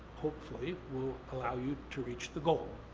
hopefully, will allow you to reach the goal.